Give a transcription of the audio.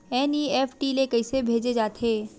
NEFT ले कइसे भेजे जाथे?